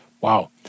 Wow